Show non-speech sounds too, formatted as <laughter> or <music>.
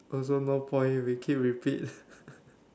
also no point we keep repeat <laughs>